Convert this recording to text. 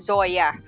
Zoya